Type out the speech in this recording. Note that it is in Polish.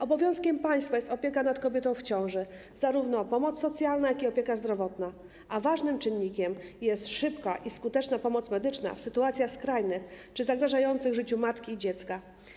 Obowiązkiem państwa jest opieka nad kobietą w ciąży, zarówno pomoc socjalna, jak i opieka zdrowotna, a ważnym czynnikiem jest szybka i skuteczna pomoc medyczna w sytuacjach skrajnych czy zagrażających życiu matki i dziecka.